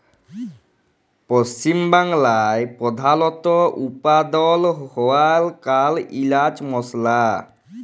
পশ্চিম বাংলায় প্রধালত উৎপাদল হ্য়ওয়া কাল এলাচ মসলা